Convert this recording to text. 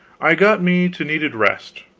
i got me to needed rest,